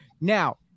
Now